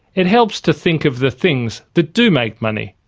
it helps to think of the things that do make money.